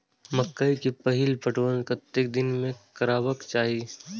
मकेय के पहिल पटवन कतेक दिन में करबाक चाही?